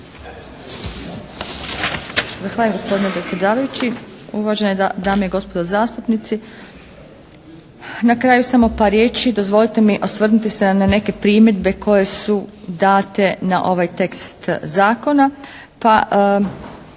Zahvaljujem gospodine predsjedavajući. Uvažene dame i gospodo zastupnici. Na kraju samo par riječi dozvolite mi osvrnuti se na neke primjedbe koje su date na ovaj tekst zakona,